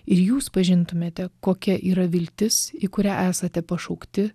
ir jūs pažintumėte kokia yra viltis į kurią esate pašaukti